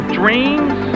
dreams